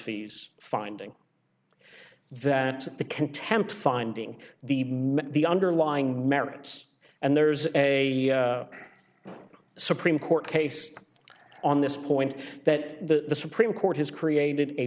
fees finding that the contempt finding the the underlying merits and there's a supreme court case on this point that the supreme court has created a